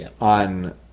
on